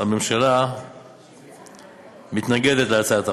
הממשלה מתנגדת להצעת החוק.